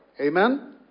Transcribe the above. Amen